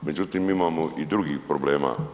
Međutim, imamo i drugih problema.